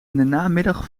namiddag